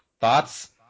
Thoughts